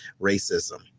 racism